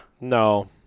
no